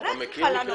המשטרה צריכה לענות.